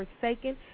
Forsaken